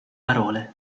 parole